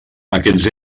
aquests